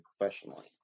professionally